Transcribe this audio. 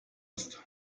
ist